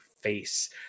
face